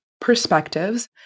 perspectives